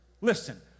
Listen